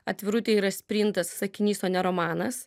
atvirutė yra sprintas sakinys o ne romanas